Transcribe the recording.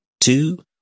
two